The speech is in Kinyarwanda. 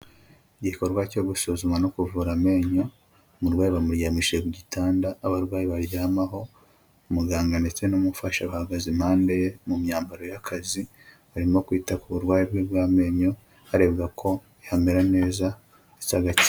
Igikorwa cyo gusuzuma no kuvura amenyo, umurwayi bamuryamicshe ku gitanda abarwayi baryamaho, umuganga ndetse n'umufashe bahagaze impande ye mu myambaro y'akazi, barimo kwita ku burwayi bwe bw'amenyo harebwa ko yamera neza ndetse agakira.